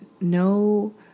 no